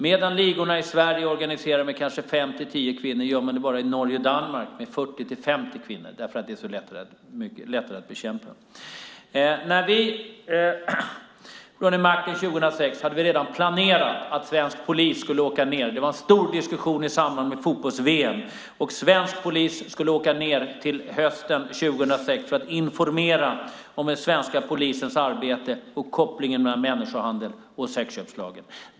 Medan ligorna i Sverige organiserar kanske fem-tio kvinnor har de i Norge och Danmark kanske 40-50 kvinnor. Det beror på att de är mycket lättare att bekämpa här. När vi hade makten 2006 hade vi redan planerat att svensk polis på hösten skulle åka ned i samband med fotbolls-VM för att informera om sitt arbete och om kopplingen mellan människohandel och sexköpslagen.